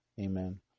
Amen